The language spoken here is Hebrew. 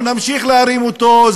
אנחנו נמשיך להרים אותו,